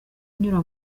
nyura